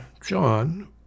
John